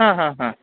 हा हा हा